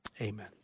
Amen